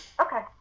Okay